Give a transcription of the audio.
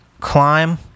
climb